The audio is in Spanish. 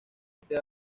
este